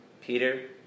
Peter